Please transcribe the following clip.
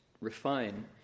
refine